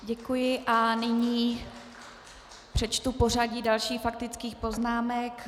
Děkuji a nyní přečtu pořadí dalších faktických poznámek.